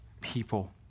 people